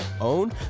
own